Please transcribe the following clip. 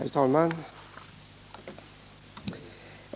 Herr talman!